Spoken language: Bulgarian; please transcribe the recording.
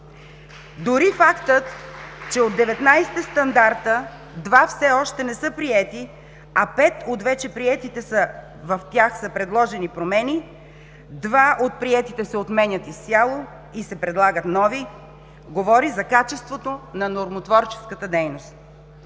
Дори фактът, че от 19 стандарта, два все още не са приети, а в пет от вече приетите са предложени промени, два от приетите се отменят изцяло и се предлагат нови, говори за качеството на нормотворческата дейност.